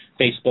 Facebook